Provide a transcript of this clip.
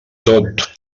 tot